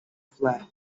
flag